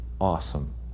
Awesome